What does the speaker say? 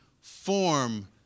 form